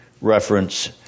reference